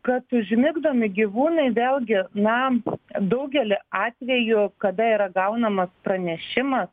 kad užmigdomi gyvūnai vėlgi na daugelį atvejų kada yra gaunamas pranešimas